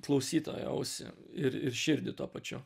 klausytojo ausį ir ir širdį tuo pačiu